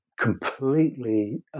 completely